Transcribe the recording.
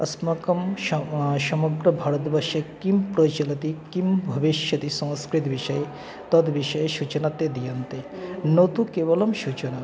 अस्माकं शम् समग्रभारद्वर्षे किं प्रचलति किं भविष्यति संस्कृतविषये तद्विषये सूचना ते दीयन्ते न तु केवलं सूचना